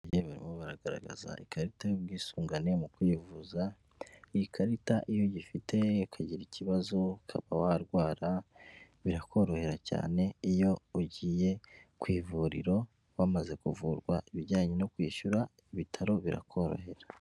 Ababyeyi barimo baragaragaza ikarita y'ubwisungane mu kwivuza iyi karita iyo uyifite ukagira ikibazo ukaba warwara birakorohera cyane iyo ugiye ku ivuriro wamaze kuvurwa ibijyanye no kwishyura ibitaro birakorohera.